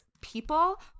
people